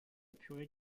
purée